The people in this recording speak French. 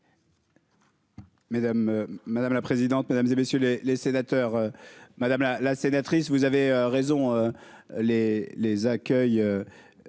madame la présidente, mesdames et messieurs les les sénateurs, madame la sénatrice, vous avez raison les les accueille